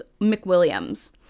McWilliams